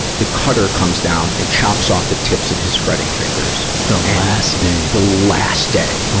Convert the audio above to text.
the cutter comes down and chops off the tips of his fretting fingers. the last day! the last day.